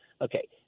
Okay